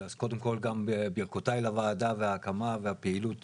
קודם כל גם ברכותיי לוועדה וההקמה והפעילות